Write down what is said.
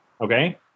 okay